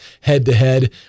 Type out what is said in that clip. head-to-head